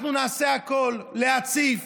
אנחנו נעשה הכול להציף